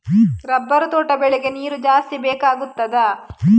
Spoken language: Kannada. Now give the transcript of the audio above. ರಬ್ಬರ್ ತೋಟ ಬೆಳೆಗೆ ನೀರು ಜಾಸ್ತಿ ಬೇಕಾಗುತ್ತದಾ?